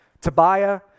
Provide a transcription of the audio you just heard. Tobiah